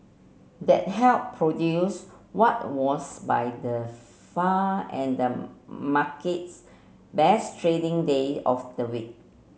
that helped produce what was by the far and the market's best trading day of the week